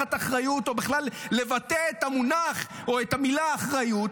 מלקחת אחריות או בכלל לבטא את המונח או את המילה "אחריות",